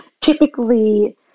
typically